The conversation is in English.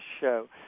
show